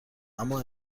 اما